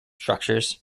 structures